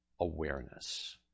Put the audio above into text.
awareness